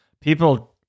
People